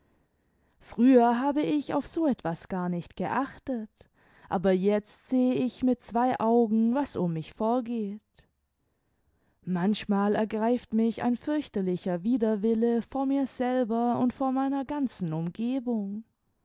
früher habe ich auf so etwas gar nicht geachtet aber jetzt sehe ich mit zwei augen was um mich vorgeht manchmal ergreift mich ein fürchterlicher widerwille vor mir selber und vor meiner ganzen umgebung